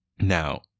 Now